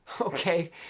Okay